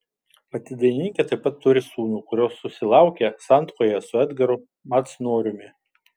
pati dainininkė taip pat turi sūnų kurio susilaukė santuokoje su edgaru macnoriumi